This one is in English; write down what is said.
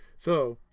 so.